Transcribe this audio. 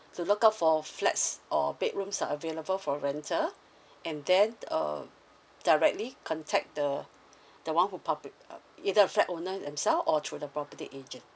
to look out for flats or bedrooms that are available for rental and then um directly contact the the one who publi~ uh either the flat owner themself or through the property agent